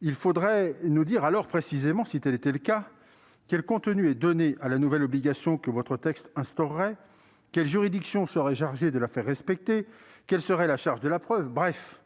Il faudrait nous dire précisément, si tel était le cas, quel contenu est donné à la nouvelle obligation que votre texte instaurerait, quelles juridictions seraient chargées de la faire respecter, quelle serait la charge de la preuve ... Bref,